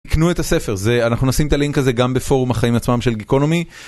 תקנו את הספר זה אנחנו נשים את הלינק הזה גם בפורום החיים עצמם של גיקונומי.